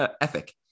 ethic